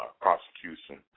prosecution